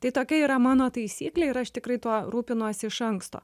tai tokia yra mano taisyklė ir aš tikrai tuo rūpinuosi iš anksto